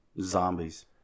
zombies